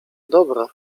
dobra